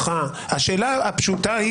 באים ומחסלים --- מאחר שהתייחסתי אליך,